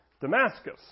Damascus